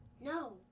no